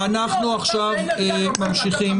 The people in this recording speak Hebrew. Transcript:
אנחנו עכשיו ממשיכים.